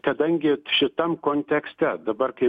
kadangi šitam kontekste dabar kai